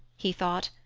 he thought,